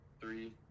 three